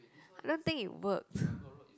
I don't think it works